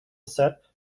set